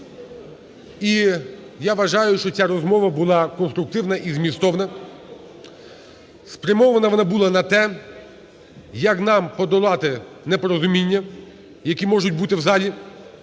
І я вважаю, що ця розмова була конструктивна і змістовна, спрямована вона була на те, як нам подолати непорозуміння, які можуть бути в залі.